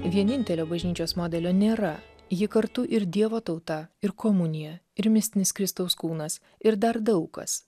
vienintelio bažnyčios modelio nėra ji kartu ir dievo tauta ir komunija ir mistinis kristaus kūnas ir dar daug kas